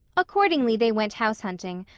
accordingly they went house-hunting,